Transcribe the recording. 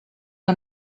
que